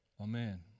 Amen